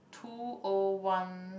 two O one